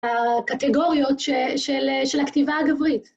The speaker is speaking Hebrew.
הקטגוריות של הכתיבה הגברית.